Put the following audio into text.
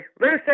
Lucy